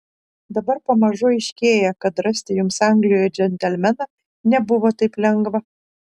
dabar pamažu aiškėja kad rasti jums anglijoje džentelmeną nebuvo taip lengva